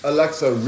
Alexa